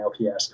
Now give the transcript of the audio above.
LPS